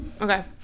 Okay